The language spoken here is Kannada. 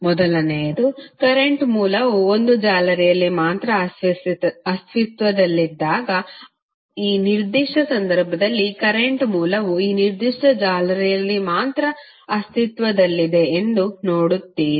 ಮೊದಲನೆಯದು ಕರೆಂಟ್ ಮೂಲವು ಒಂದು ಜಾಲರಿಯಲ್ಲಿ ಮಾತ್ರ ಅಸ್ತಿತ್ವದಲ್ಲಿದ್ದಾಗ ಈ ನಿರ್ದಿಷ್ಟ ಸಂದರ್ಭದಲ್ಲಿ ಕರೆಂಟ್ ಮೂಲವು ಈ ನಿರ್ದಿಷ್ಟ ಜಾಲರಿಯಲ್ಲಿ ಮಾತ್ರ ಅಸ್ತಿತ್ವದಲ್ಲಿದೆ ಎಂದು ನೋಡುತ್ತೀರಿ